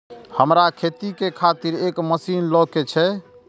हमरा खेती के खातिर एक मशीन ले के छे?